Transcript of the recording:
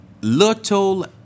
little